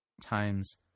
times